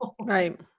Right